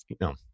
no